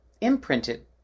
imprinted